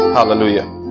Hallelujah